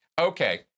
okay